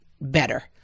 better